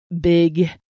big